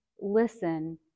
listen